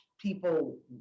people